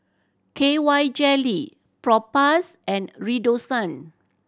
K Y Jelly Propass and Redoxon